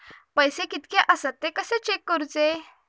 पैसे कीतके आसत ते कशे चेक करूचे?